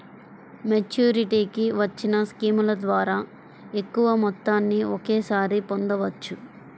మెచ్యూరిటీకి వచ్చిన స్కీముల ద్వారా ఎక్కువ మొత్తాన్ని ఒకేసారి పొందవచ్చు